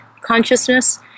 consciousness